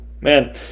man